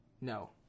No